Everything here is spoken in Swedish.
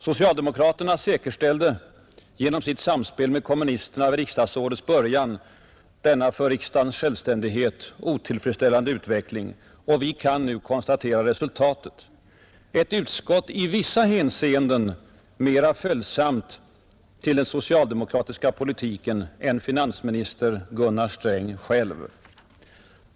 Socialdemokraterna säkerställde genom sitt samspel med kommunisterna vid riksdagsårets början denna för riksdagens självständighet otillfredsställande utveckling, och vi kan nu konstatera resultatet — ett utskott, i vissa hänseenden mera följsamt till den socialdemokratiska politiken än finansminister Gunnar Sträng själv.